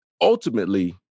ultimately